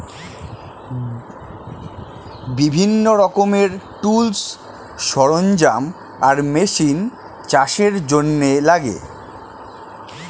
বিভিন্ন রকমের টুলস, সরঞ্জাম আর মেশিন চাষের জন্যে লাগে